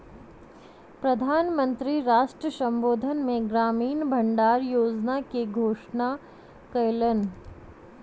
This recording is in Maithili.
प्रधान मंत्री राष्ट्र संबोधन मे ग्रामीण भण्डार योजना के घोषणा कयलैन